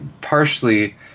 partially